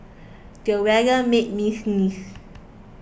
the weather made me sneeze